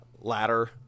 ladder